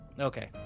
Okay